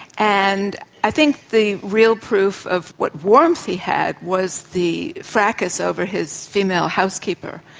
and i think the real proof of what warmth he had was the fracas over his female housekeeper,